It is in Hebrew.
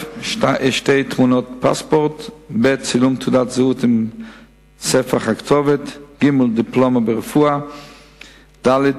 2. האם יש הגבלת זמן מהגשת הבקשה עד לקבלת רשיון הרפואה בארץ?